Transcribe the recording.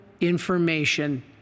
information